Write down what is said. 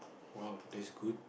!wow! that's good